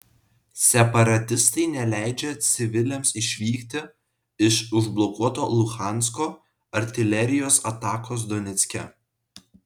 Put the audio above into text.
separatistai neleidžia civiliams išvykti iš užblokuoto luhansko artilerijos atakos donecke